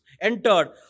entered